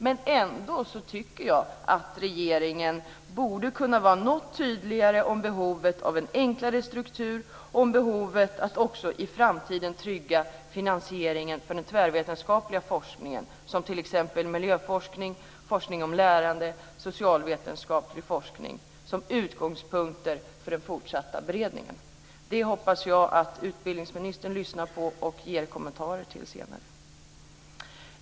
Men jag tycker ändå att regeringen borde kunna vara något tydligare om behovet av en enklare struktur och om behovet av att också i framtiden trygga finansieringen för den tvärvetenskapliga forskningen, t.ex. miljöforskning, forskning om lärande och socialvetenskaplig forskning, som utgångspunkt för den fortsatta beredningen. Det hoppas jag att utbildningsministern lyssnar på och ger kommentarer till senare.